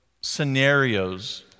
scenarios